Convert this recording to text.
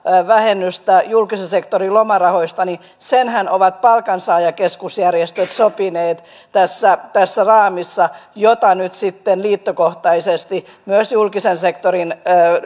vähennystä julkisen sektorin lomarahoista niin senhän ovat palkansaajakeskusjärjestöt sopineet tässä tässä raamissa jota nyt sitten liittokohtaisesti myös julkisen sektorin